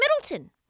Middleton